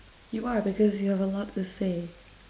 you are because you have a lot to say